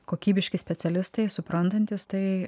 kokybiški specialistai suprantantys tai